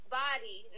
body